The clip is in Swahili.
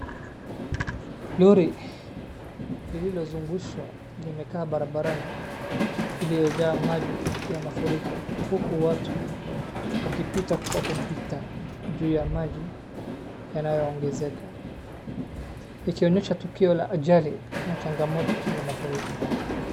Lori lililozungushwa limekaa barabarani, iliyojaa maji ya mafuriko, huku watu wakipita kwa kupita juu ya maji yanayoongezeka. Ikionyesha tukio la ajali na changamoto za mafuriko.